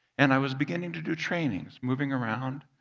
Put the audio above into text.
and i was beginning to do trainings, moving around,